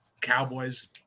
Cowboys